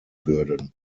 würden